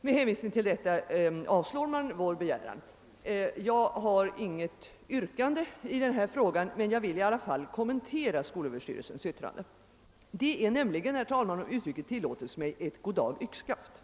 Med hänvisning till detta avstyrker utskottet vår begäran. Jag har inget yrkande i denna fråga, men jag vill i alla fall kommentera skolöverstyrelsens yttrande. Det är nämligen, herr talman, om uttrycket tillåts mig, ett »god dag — yxskaft».